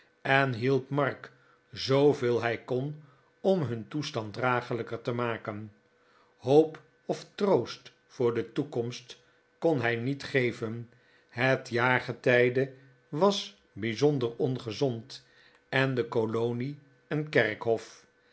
en hielp mark zoo veel hij kon om hun toestand draaglijker te maken hoop of troost voor de toekomst kon hij niet geven het jaargetijde was bijzonder ongezond en de kolonie een kerkhof